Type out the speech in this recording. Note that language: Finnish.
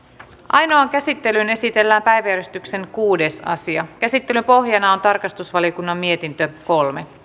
ainoaan käsittelyyn esitellään päiväjärjestyksen kuudes asia käsittelyn pohjana on tarkastusvaliokunnan mietintö kolme